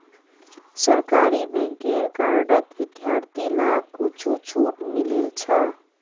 सरकारी बैंकेर कार्डत विद्यार्थि लाक कुछु छूट मिलील छ